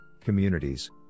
communities